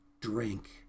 drink